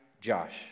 Josh